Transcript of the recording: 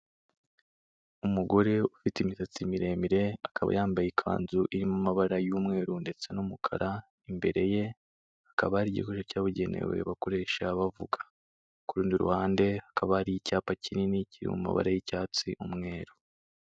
Umugore ufite imisatsi miremire akaba yambaye ikanzu irimo amabara y'umweru ndetse n'umukara, imbere yekaba ari igihure cyabugenewe bakoresha bavuga, ku rundi ruhande hakaba ari icyapa kinini kiri mu mabara y'icyatsi umweru.